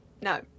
No